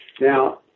Now